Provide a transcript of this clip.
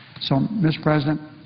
so, mr. president,